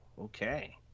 okay